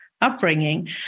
upbringing